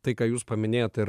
tai ką jūs paminėjot ir